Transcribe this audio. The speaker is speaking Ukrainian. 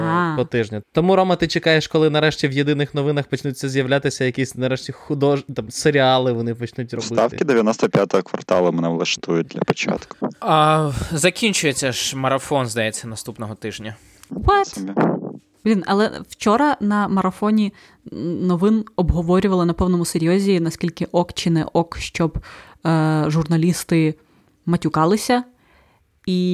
Е, А. по тижню. Тому, Рома, ти чекаєш, коли нарешті в «Єдиних новинах» почнуться з'являтися якісь нарешті худож- там, серіали вони почнуть Вставки робити? 95-го квартала мене влаштують для початку. А, закінчується ж марафон, здається, наступного тижня. What? Собі. Блін, але вчора на марафоні, м, новин обговорювали на повному серйозі, наскільки ок чи не ок, щоб, е, журналісти матюкалися. І